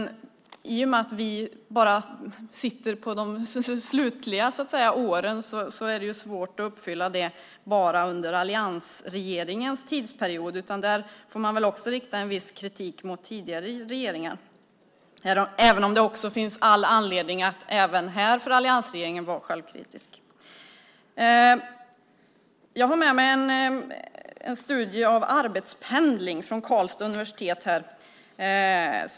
Vi har ju haft majoritet bara de sista åren så det är svårt att uppfylla det under alliansregeringens tidsperiod. Där får man väl rikta en viss kritik mot tidigare regeringar också. Men det finns också all anledning för alliansregeringen att vara självkritisk även här. Jag har med mig en studie från Karlstad universitet om arbetspendling.